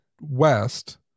west